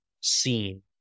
seen